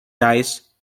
dice